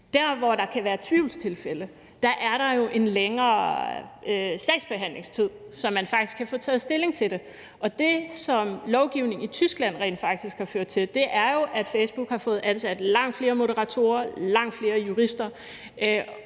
Der, hvor der kan være tvivlstilfælde, er der jo en længere sagsbehandlingstid, så man faktisk kan få taget stilling til det. Og det, som lovgivningen i Tyskland rent faktisk har ført til, er jo, at Facebook har fået ansat langt flere moderatorer og langt flere jurister.